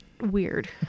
weird